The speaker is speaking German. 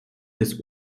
des